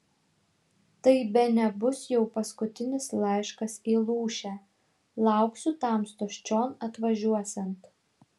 tai bene bus jau paskutinis laiškas į lūšę lauksiu tamstos čion atvažiuosiant